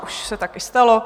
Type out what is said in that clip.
Už se tak i stalo.